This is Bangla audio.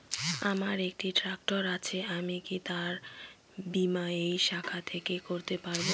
আমার একটি ট্র্যাক্টর আছে আমি কি তার বীমা এই শাখা থেকে করতে পারব?